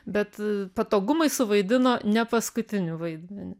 bet patogumai suvaidino nepaskutinį vaidmenį